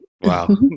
Wow